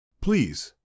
Please